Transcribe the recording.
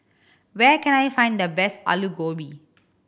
where can I find the best Alu Gobi